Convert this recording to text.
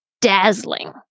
dazzling